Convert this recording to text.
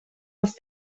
els